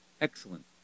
excellent